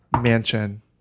mansion